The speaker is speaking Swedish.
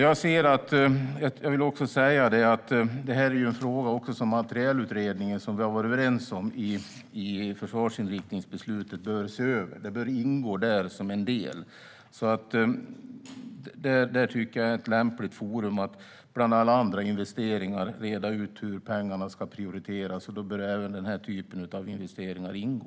Jag vill också säga att det här är en fråga som Materielutredningen, som vi har varit överens om i försvarsinriktningsbeslutet, bör se över. Det bör ingå som en del där. Jag tycker att det är ett lämpligt forum att reda ut hur pengarna ska prioriteras, bland alla andra investeringar. Då bör även den här typen av investeringar ingå.